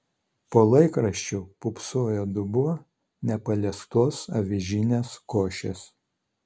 po laikraščiu pūpsojo dubuo nepaliestos avižinės košės